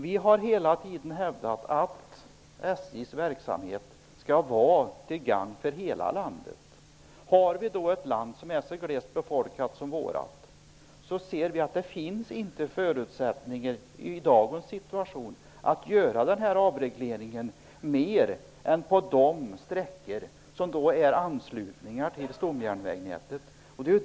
Vi har hela tiden hävdat att SJ:s verksamhet skall vara till gagn för hela landet. I ett land som är så glest befolkat som vårt finns det i dagens situation inte förutsättningar för att genomföra den här avregleringen förutom på de sträckor som har anslutning till stomnätet.